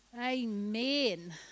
Amen